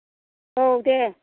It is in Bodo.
औ दे